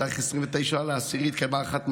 בתאריך 29 באוקטובר התקיימה הערכת מצב,